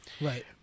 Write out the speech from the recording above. Right